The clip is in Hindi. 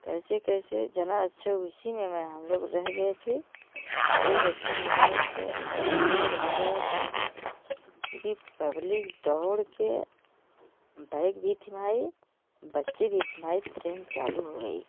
कैसे कैसे जना अच्छा उसी में हम लोग रह गए फिर दो बच्चे मेरे से रुके रह गए थे तो पुरी पब्लिक दौड़ के बैग भी थी भाई बच्चे भी थे भाई त्रेन चालू हो गई